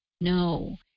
No